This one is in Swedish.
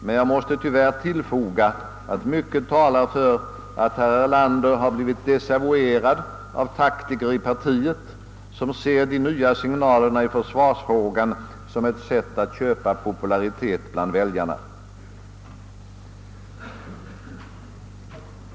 Men jag måste tyvärr tillfoga att mycket talar för att herr Erlander blivit desavuerad av taktiker inom partiet, vilka ser de nya signalerna i försvarsfrågan som ett sätt att köpa popularitet bland väljarna.